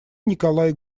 николай